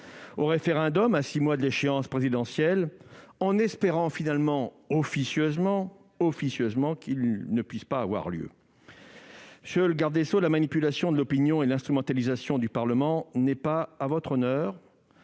au référendum à six mois de l'échéance présidentielle, tout en espérant, officieusement, que celui-ci ne puisse avoir lieu. Monsieur le garde des sceaux, la manipulation de l'opinion et l'instrumentalisation du Parlement ne sont pas à votre honneur